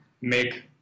make